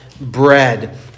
bread